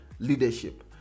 Leadership